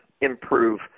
improve